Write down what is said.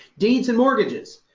deeds and mortgages.